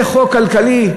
זה חוק כלכלי,